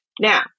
Now